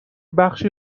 بخشی